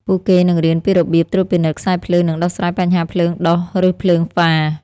ពួកគេនឹងរៀនពីរបៀបត្រួតពិនិត្យខ្សែភ្លើងនិងដោះស្រាយបញ្ហាភ្លើងដុះឬភ្លើងហ្វារ។